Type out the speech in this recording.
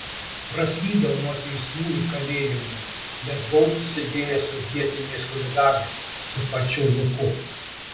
praslydau nuo teismų ir kalėjimų nes buvau susidėjęs su vietiniais chuliganais su pačiu luku